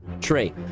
tree